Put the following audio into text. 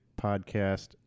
Podcast